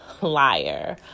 liar